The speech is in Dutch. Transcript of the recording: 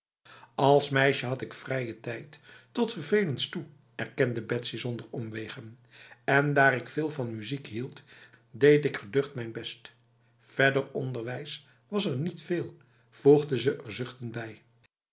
als meisje had ik vrije tijd tot vervelens toe erkende betsy zonder omwegen en daar ik veel van muziek hield deed ik geducht mijn best verder onderwijs was er niet veel voegde ze er zuchtend bij